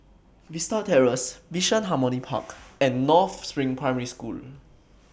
Vista Terrace Bishan Harmony Park and North SPRING Primary School